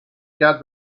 cas